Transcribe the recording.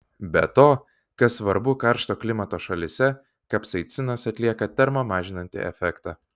be to kas svarbu karšto klimato šalyse kapsaicinas atlieka termo mažinantį efektą